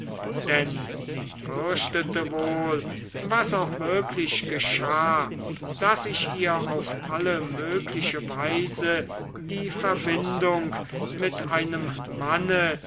denn sie fürchtete wohl was auch wirklich geschah daß ich ihr auf alle mögliche weise die verbindung mit einem manne